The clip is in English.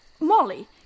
Molly